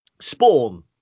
Spawn